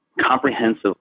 comprehensive